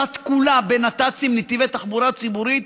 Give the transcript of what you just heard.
תרושת כולה בנת"צים, נתיבי תחבורה ציבורית,